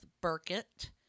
Burkett